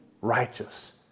righteous